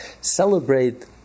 celebrate